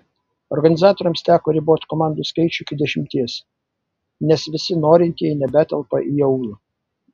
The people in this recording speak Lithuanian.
organizatoriams teko riboti komandų skaičių iki dešimties nes visi norintieji nebetelpa į aulą